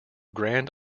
grand